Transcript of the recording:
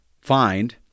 find